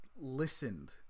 listened